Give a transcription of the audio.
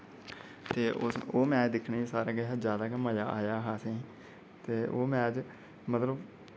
ते उस ओह् मैच दिक्खने दा सारें कशा ज्यादा गै मजा आया हा असें ते ओह् मैच मतलब